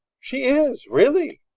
she is, really.